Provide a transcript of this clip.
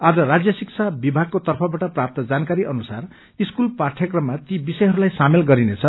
आज राज्य शिक्षा विभागको तर्फबाट प्राप्त जानाकारी अनुसार स्कूल पाठयक्रममा ती विषयहरूलाई सामेल गरिने छ